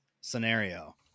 scenario